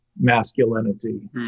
masculinity